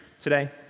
today